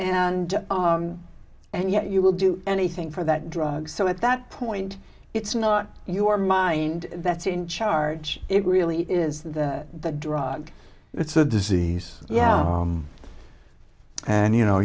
and and yet you will do anything for that drug so at that point it's not your mind that's in charge it really is that the drug it's a disease yeah and you know